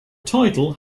title